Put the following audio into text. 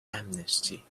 amnesty